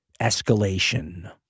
escalation